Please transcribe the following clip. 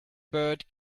bird